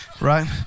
Right